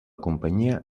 companyia